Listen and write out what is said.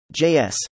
JS